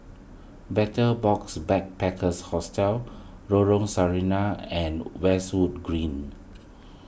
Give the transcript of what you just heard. Betel Box Backpackers Hostel Lorong Sarina and Westwood Green